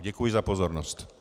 Děkuji za pozornost.